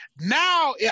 Now